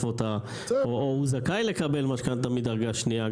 אותה או הוא זכאי לקבל משכנתה מדרגה שנייה,